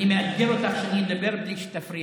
אני מאתגר אותך שאני אדבר בלי שתפריעי.